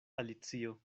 alicio